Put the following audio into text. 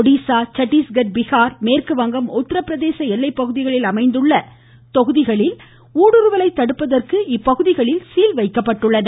ஒடிசா சட்டீஸ்கட் பீகார் மேற்குவங்கம் உத்தரப்பிரதேச எல்லைப்பகுதிகளில் அமைந்துள்ள தொகுதிகளில் ஊடுருவலைத் தடுப்பதற்காக இப்பகுதிகள் சீல் வைக்கப்பட்டுள்ளன